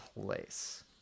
place